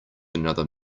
another